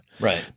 Right